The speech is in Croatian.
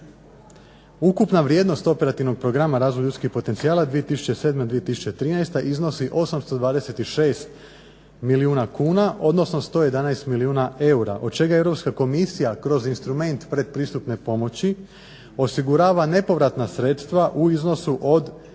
Ukupna vrijednost Operativnog programa Razvoj ljudskih potencijala 2007.-2013. iznosi 826 milijuna kuna, odnosno 111 milijuna eura od čega Europska komisija kroz instrument pretpristupne pomoći osigurava nepovratna sredstva u iznosu od